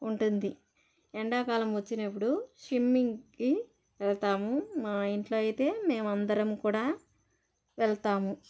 ఉంటుంది ఎండాకాలం వచ్చినప్పుడు సిమ్మింగ్కి వెళ్తాము మా ఇంట్లో అయితే మేమందరం కూడా వెళ్తాము